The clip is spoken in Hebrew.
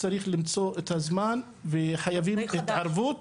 צריך למצוא את הזמן וחייבים התערבות,